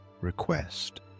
request